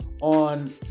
on